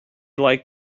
like